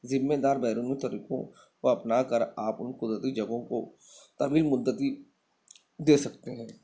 ذمے دار بیرونی طریقوں کو اپنا کر آپ ان قدرتی جگہوں کو طویل مدتی دے سکتے ہیں